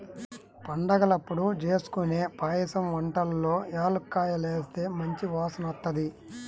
పండగలప్పుడు జేస్కొనే పాయసం వంటల్లో యాలుక్కాయాలేస్తే మంచి వాసనొత్తది